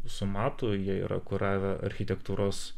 su matu jie yra kuravę architektūros